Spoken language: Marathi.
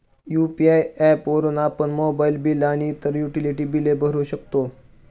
यु.पी.आय ऍप्स वापरून आपण मोबाइल बिल आणि इतर युटिलिटी बिले भरू शकतो